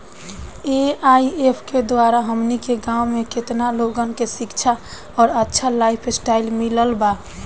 AIF के द्वारा हमनी के गांव में केतना लोगन के शिक्षा और अच्छा लाइफस्टाइल मिलल बा